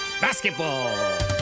Basketball